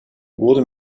wurde